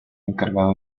encargado